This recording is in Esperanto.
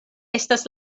estas